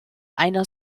einer